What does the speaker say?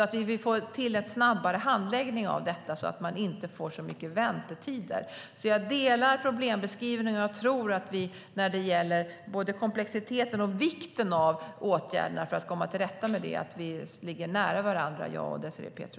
Därmed kan vi få en snabbare handläggning av detta så att det inte blir så mycket väntetider. Jag delar problembeskrivningen och tror att jag och Désirée Pethrus ligger nära varandra när det gäller både komplexiteten och vikten av åtgärderna för att komma till rätta med detta.